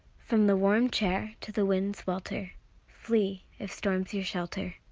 from the warm chair to the wind's welter flee, if storm's your shelter.